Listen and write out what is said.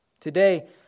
Today